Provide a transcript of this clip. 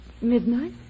Midnight